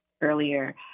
earlier